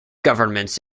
governments